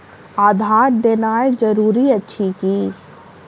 आधार देनाय जरूरी अछि की?